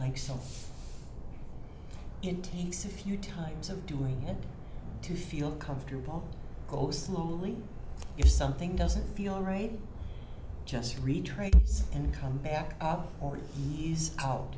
like so in takes a few times of doing it to feel comfortable go slowly if something doesn't feel right just retreat and come back up or is out